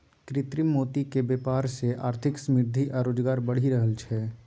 कृत्रिम मोतीक बेपार सँ आर्थिक समृद्धि आ रोजगार बढ़ि रहल छै